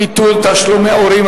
ביטול תשלומי הורים),